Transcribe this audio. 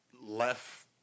left